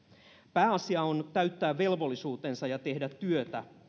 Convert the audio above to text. pääasia on täyttää velvollisuutensa ja tehdä työtä